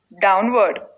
downward